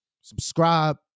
subscribe